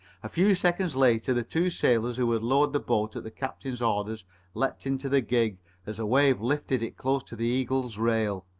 a few seconds later the two sailors who had lowered the boat at the captain's orders leaped into the gig as a wave lifted it close to the eagle's rail.